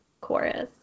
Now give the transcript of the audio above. chorus